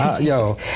Yo